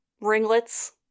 ringlets